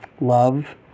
love